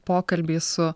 pokalbį su